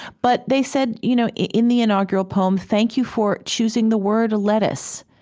but they said you know in the inaugural poems, thank you for choosing the word lettuce.